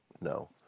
no